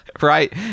right